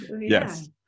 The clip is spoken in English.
Yes